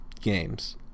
games